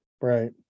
Right